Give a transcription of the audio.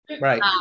Right